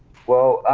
well,